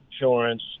insurance